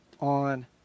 on